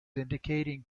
indicating